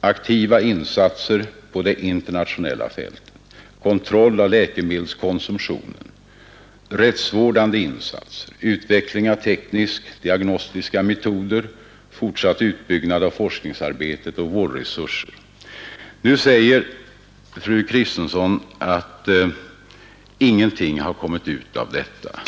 aktiva insatser på det internationella fältet, kontroll av läkemedelskonsumtionen, rättsvårdande insatser, utveckling av teknisktdiagnostiska metoder, fortsatt utbyggnad av forskningsarbetet och vårdresurserna. Nu säger fru Kristensson att ingenting har kommit ut av detta.